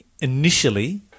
initially